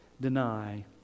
deny